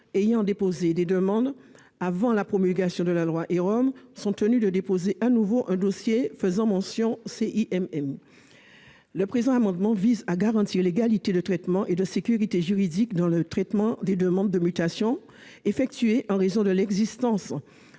ayant déposé des demandes avant la promulgation de la loi ÉROM sont tenus de déposer de nouveau un dossier faisant mention du CIMM. Cet amendement vise à garantir l'égalité de traitement et la sécurité juridique dans le traitement des demandes de mutation présentées en raison de l'existence